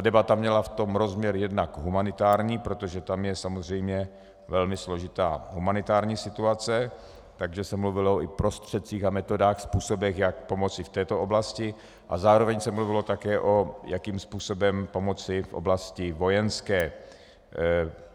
Debata byla v rozměru jednak humanitárním, protože tam je samozřejmě velmi složitá humanitární situace, takže se mluvilo i o prostředcích a metodách, způsobech, jak pomoci v této oblasti, a zároveň se mluvilo také, jakým způsobem pomoci v oblasti vojenské